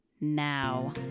now